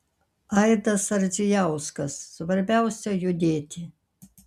aidas ardzijauskas svarbiausia judėti